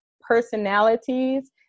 personalities